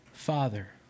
Father